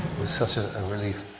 was such a and relief.